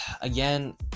again